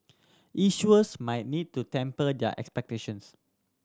issuers might need to temper their expectations